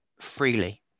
freely